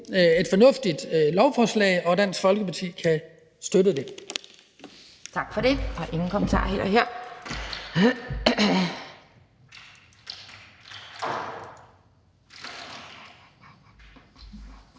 et fornuftigt lovforslag, og Dansk Folkeparti kan støtte det.